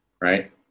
right